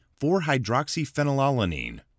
4-hydroxyphenylalanine